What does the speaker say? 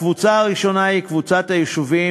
הקבוצה הראשונה היא קבוצת היישובים